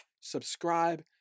subscribe